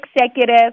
executive